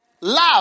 Love